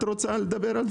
את רוצה לדבר על זה?